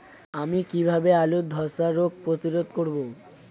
আমি কিভাবে আলুর ধ্বসা রোগ প্রতিরোধ করব?